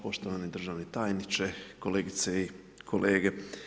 Poštovani državni tajniče, kolegice i kolege.